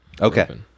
Okay